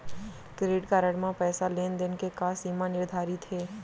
Credit card म पइसा लेन देन के का सीमा निर्धारित हे?